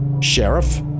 Sheriff